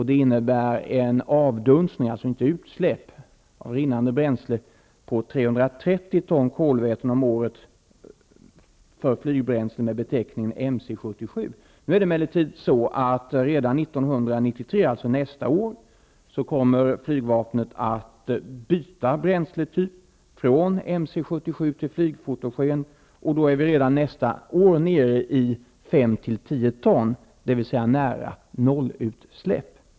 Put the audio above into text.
Det innebär en avdunstning -- alltså inte utsläpp -- av rinnande bränsle på 330 ton kolväten om året för flygbränsle med beteckningen MC 77. Nu är det emellertid så att redan 1993, alltså nästa år, kommer flygvapnet att byta bränsletyp, från MC 77 till flygfotogen. Då är vi redan nästa år nere i 5--10 ton, dvs. nära nollutsläpp.